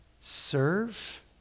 serve